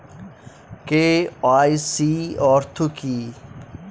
KYC অর্থ কি?